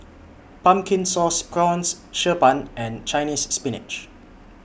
Pumpkin Sauce Prawns Xi Ban and Chinese Spinach